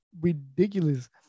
ridiculous